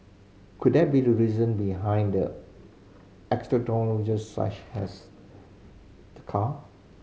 could that be the reason behind their extravagances such as the car